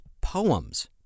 poems